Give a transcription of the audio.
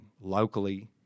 locally